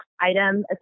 item